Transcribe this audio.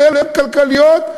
כלכליות,